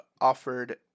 offered